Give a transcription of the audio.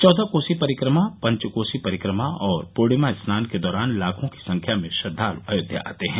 चौदह कोसी परिक्रमा पचकोसी परिक्रमा और पूर्णिमा स्नान के दौरान लाखों की संख्या में श्रद्वाल अयोध्या आते हैं